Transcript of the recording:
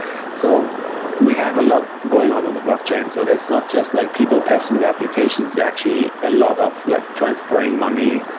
so we have a lot going on on the blockchain. so that's not just like people testing the applications. actually, a lot of like transferring money,